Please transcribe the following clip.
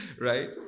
Right